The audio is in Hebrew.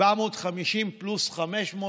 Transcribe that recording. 750 פלוס 500,